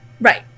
right